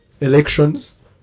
Elections